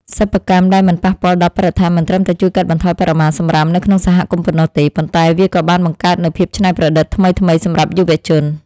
សិប្បកម្មដែលមិនប៉ះពាល់ដល់បរិស្ថានមិនត្រឹមតែជួយកាត់បន្ថយបរិមាណសំរាមនៅក្នុងសហគមន៍ប៉ុណ្ណោះទេ ប៉ុន្តែ វាក៏បានបង្កើតនូវភាពច្នៃប្រឌិតថ្មីៗសម្រាប់យុវជន។